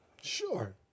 Sure